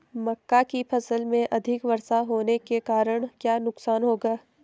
मक्का की फसल में अधिक वर्षा होने के कारण क्या नुकसान होगा?